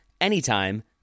anytime